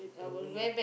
the way